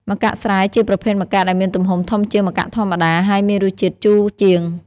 ម្កាក់ស្រែ ជាប្រភេទម្កាក់ដែលមានទំហំធំជាងម្កាក់ធម្មតា ហើយមានរសជាតិជូរជាង។